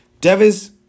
Devis